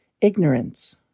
ignorance